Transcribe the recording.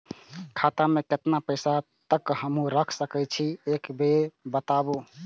खाता में केतना पैसा तक हमू रख सकी छी एक बेर में?